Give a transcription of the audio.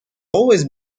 always